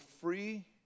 free